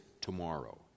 tomorrow